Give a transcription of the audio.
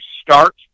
start